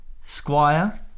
squire